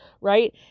Right